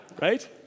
right